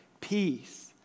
peace